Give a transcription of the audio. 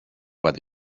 what